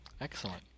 Excellent